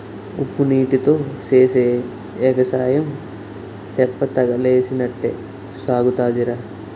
ఉప్పునీటీతో సేసే ఎగసాయం తెప్పతగలేసినట్టే సాగుతాదిరా